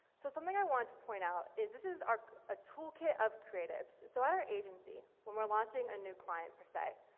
so something i want to point out is this is our ah toolkit of creatives. so at our agency, when we're launching a new client per se,